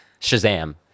Shazam